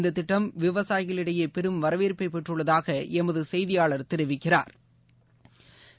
இந்த திட்டம் விவசாயிகளிடையே பெரும் வரவேற்பை பெற்றுள்ளதாக எமது செய்தியாளா் தெரிவிக்கிறாா்